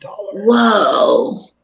Whoa